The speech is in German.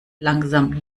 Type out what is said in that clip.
langsam